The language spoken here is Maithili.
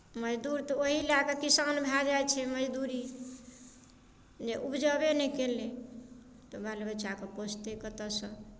मजदूर तऽ ओहि लए कऽ किसान भए जाइत छै मजदूरी जे उपजबे नहि कयलै तऽ बाल बच्चाकेँ पोसतै कतयसँ